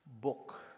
book